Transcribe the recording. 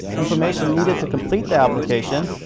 information needed to complete the application,